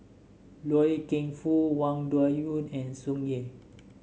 Loy Keng Foo Wang Dayuan and Tsung Yeh